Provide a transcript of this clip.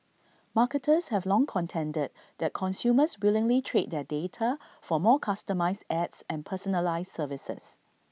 marketers have long contended that consumers willingly trade their data for more customised ads and personalised services